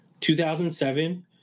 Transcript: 2007